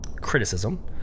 criticism